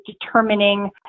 determining